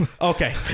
okay